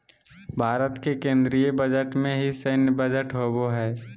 भारत के केन्द्रीय बजट में ही सैन्य बजट होबो हइ